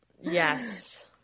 Yes